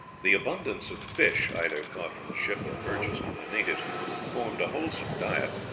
the abundance of fish either caught from the ship or purchased from the natives formed a wholesome diet,